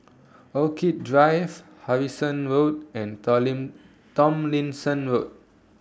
Orchid Drive Harrison Road and Tomlinson Road